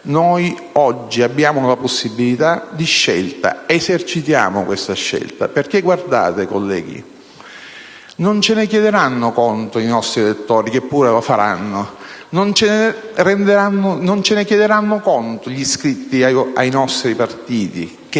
Noi oggi abbiamo la possibilità di scelta. Esercitiamo questa scelta, perché - guardate, colleghi - non ce ne chiederanno conto i nostri elettori (che pure lo faranno); non ce ne chiederanno conto gli iscritti ai nostri partiti (che